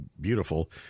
beautiful